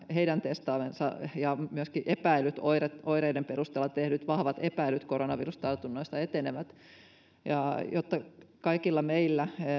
heidän testaamansa ja myöskin epäilyt oireiden oireiden perusteella tehdyt vahvat epäilyt koronavirustartunnoista siitä miten epidemia etenee jotta kaikilla meillä